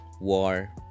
war